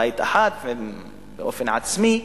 בית אחד באופן עצמי,